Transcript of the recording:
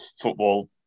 football